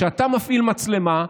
כשאתה מפעיל מצלמה,